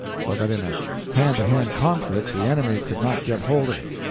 so that in a hand-to-hand conflict the enemy could not get hold of it.